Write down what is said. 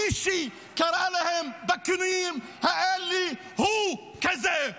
מי שקרא להם בכינויים האלה הוא כזה.